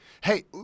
Hey